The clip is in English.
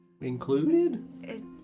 Included